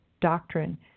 doctrine